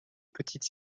petites